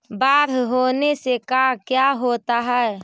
बाढ़ होने से का क्या होता है?